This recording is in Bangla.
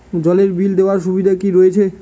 জলের বিল দেওয়ার সুবিধা কি রয়েছে?